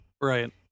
Right